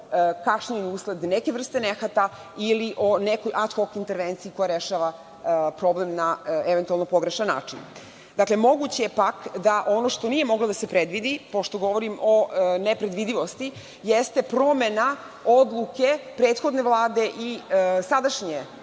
kašnjenju usled neke vrste nehata ili o nekoj ad hok intervenciji koja rešava problem na eventualno pogrešan način. Moguće je pak da ono što nije moglo da se predvidi, pošto govorim o nepredvidivosti, jeste promena obuke prethodne Vlade i sadašnje